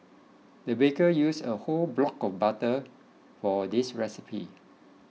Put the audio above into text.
the baker used a whole block of butter for this recipe